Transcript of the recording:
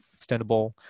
extendable